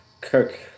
cook